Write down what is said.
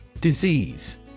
Disease